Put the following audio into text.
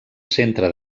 centre